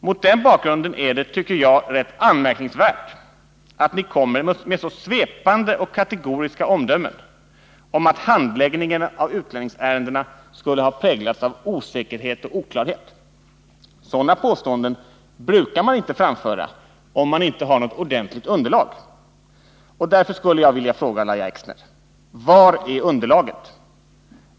Mot den bakgrunden är det, tycker jag, rätt anmärkningsvärt att ni kommer med svepande och kategoriska omdömen om att handläggningen av utlänningsärenden skulle ha präglats av osäkerhet och oklarhet. Sådana påståenden brukar man inte framföra om man inte har något ordentligt underlag, och därför skulle jag vilja fråga Lahja Exner: Var är underlaget?